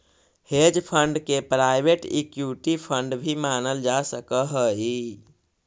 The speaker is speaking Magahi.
हेज फंड के प्राइवेट इक्विटी फंड भी मानल जा सकऽ हई